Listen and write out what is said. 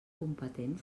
competent